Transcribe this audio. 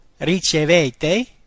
ricevete